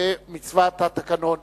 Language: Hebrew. כמצוות התקנון.